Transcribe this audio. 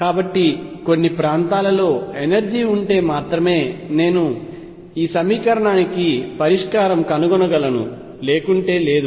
కాబట్టి కొన్ని ప్రాంతాలలో ఎనర్జీ ఉంటే మాత్రమే నేను ఈ సమీకరణానికి పరిష్కారం కనుగొనగలను లేకుంటే లేదు